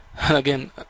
again